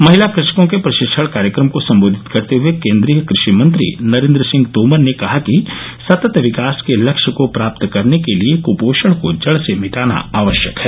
महिला कृषकों के प्रशिक्षण कार्यक्रम को संबोधित करते हुए केन्द्रीय कृषि मंत्री नरेन्द्र सिंह तोमर ने कहा कि सतत विकास के लक्ष्य को प्राप्त करने के लिए क्पोषण को जड़ से मिटाना आवश्यक है